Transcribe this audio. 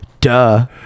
Duh